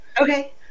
okay